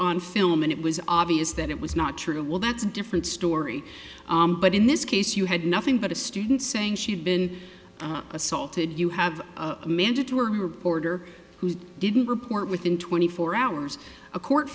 on film and it was obvious that it was not true well that's a different story but in this case you had nothing but a student saying she had been assaulted you have a mandatory reporter who didn't report within twenty four hours a court